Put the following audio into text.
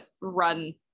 run